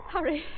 Hurry